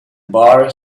bar